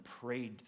prayed